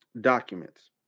documents